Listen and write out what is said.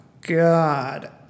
god